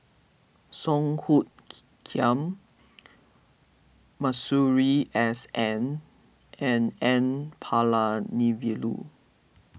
Song Hoot Kiam Masuri S N and N Palanivelu